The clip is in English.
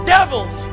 Devils